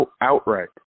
Outright